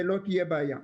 לא תהיה בעיה.